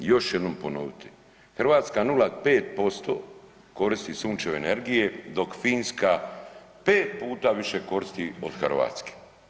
I još ću jednom ponoviti, Hrvatska 0,5% koristi sunčeve energije dok Finska 5 puta više koristi od Hrvatske.